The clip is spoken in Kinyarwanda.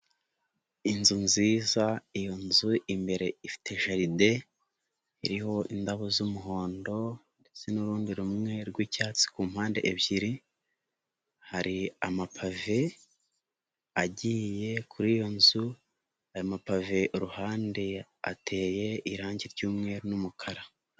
Inzu nziza, iyo nzu imbere ifite jaride iriho indabo z'umuhondo ndetse n'urundi rumwe rw'icyatsi ku mpande ebyiri, hari amapave agiye kuri iyo nzu, aya mapave iruhande ateye irangi ry'umweru n'umukara.